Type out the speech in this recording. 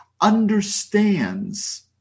understands